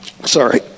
Sorry